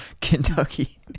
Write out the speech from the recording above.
Kentucky